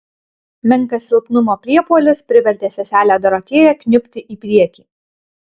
menkas silpnumo priepuolis privertė seselę dorotėją kniubti į priekį